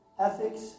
Ethics